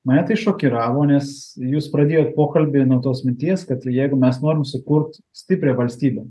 mane tai šokiravo nes jūs pradėjot pokalbį nuo tos minties kad jeigu mes norim sukurt stiprią valstybę